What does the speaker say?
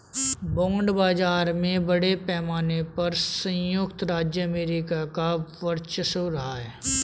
bond बाजार में बड़े पैमाने पर सयुक्त राज्य अमेरिका का वर्चस्व रहा है